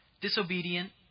disobedient